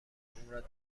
عمرت